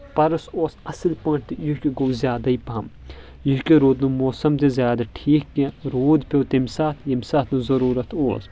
پرُس اوس اصٕل پٲٹھۍ تہٕ یہکہِ گوٚو زیادے پہم یہکہِ رود نہٕ موسم تہِ زیادٕ ٹھیک کینٛہہ روٗد پیٚو تمہِ ساتہٕ یمہِ ساتہٕ نہٕ ضروٗرت اوس